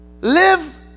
live